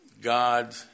God